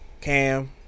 Cam